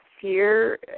fear